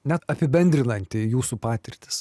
net apibendrinanti jūsų patirtis